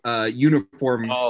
uniform